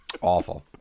Awful